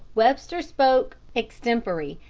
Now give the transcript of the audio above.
webster spoke extempore,